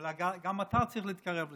אבל גם אתה צריך להתקרב לשם.